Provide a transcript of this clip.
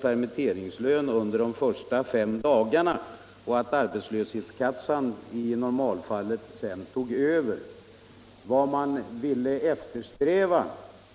permitteringslön under de första fem dagarna och sedan tog arbetslöshetskassan i normalfallet över.